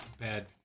bad